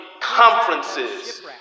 conferences